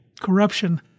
corruption